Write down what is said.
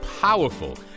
powerful